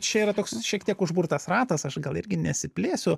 čia yra toks šiek tiek užburtas ratas aš gal irgi nesiplėsiu